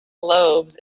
lobes